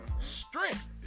Strength